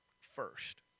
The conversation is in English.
first